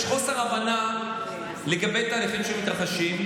חוסר הבנה לגבי תהליכים שמתרחשים.